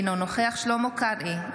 אינו נוכח שלמה קרעי,